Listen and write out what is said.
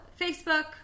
Facebook